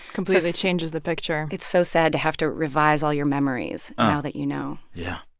completely changes the picture it's so sad to have to revise all your memories now that you know yeah.